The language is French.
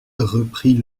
reprit